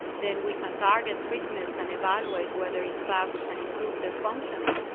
then we can target treatments and evaluate whether in fact we can improve their functioning.